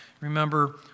Remember